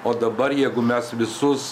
o dabar jeigu mes visus